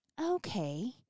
okay